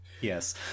Yes